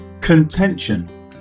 CONTENTION